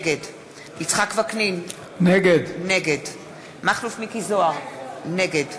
נגד יצחק וקנין, נגד מכלוף מיקי זוהר, נגד